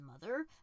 mother